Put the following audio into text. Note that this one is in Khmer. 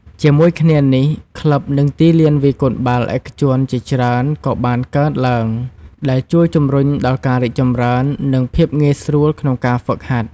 ជាមួយគ្នានេះ ក្លឹប និងទីលានវាយកូនបាល់ឯកជនជាច្រើនក៏បានកកើតឡើង ដែលជួយជំរុញដល់ការរីកចម្រើន និងភាពងាយស្រួលក្នុងការហ្វឹកហាត់។